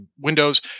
windows